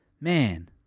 man